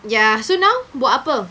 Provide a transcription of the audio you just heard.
ya so now buat apa